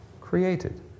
created